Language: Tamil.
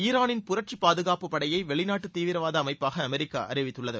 ஈரானின் புரட்சி பாதுகாப்புப் படையை வெளிநாட்டு தீவிரவாத அமைப்பாக அமெரிக்கா அறிவித்துள்ளது